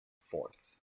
fourth